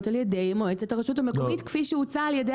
על ידי מועצת הרשות המקומית כפי שהוצע על ידי